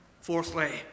Fourthly